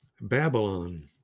Babylon